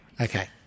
Okay